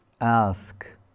ask